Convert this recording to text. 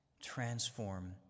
transform